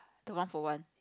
the one for one